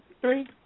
Three